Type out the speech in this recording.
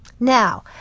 Now